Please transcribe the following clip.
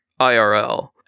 IRL